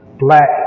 black